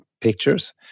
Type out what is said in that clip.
pictures